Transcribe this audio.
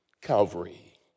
calvary